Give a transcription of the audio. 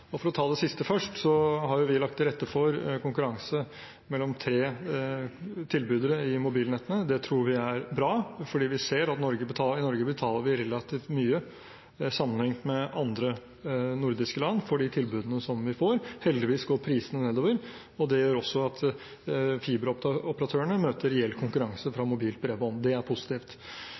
bredbånd. For å ta det siste først: Vi har lagt til rette for konkurranse mellom tre tilbydere i mobilnettet. Det tror vi er bra, for vi ser at i Norge betaler vi relativt mye sammenlignet med andre nordiske land for de tilbudene vi får. Heldigvis går prisene nedover. Det gjør at fiberoperatørene møter reell konkurranse fra mobilt bredbånd, og det er positivt.